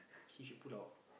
she should pull out